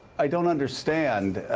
i don't understand.